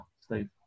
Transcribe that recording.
Steve